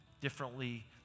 differently